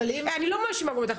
אני לא מאשימה אותך,